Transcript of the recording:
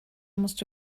musste